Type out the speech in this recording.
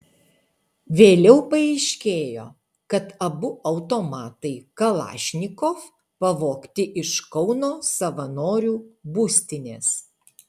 vėliau paaiškėjo kad abu automatai kalašnikov pavogti iš kauno savanorių būstinės